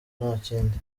ntakindi